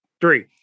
three